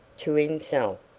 to himself,